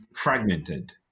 fragmented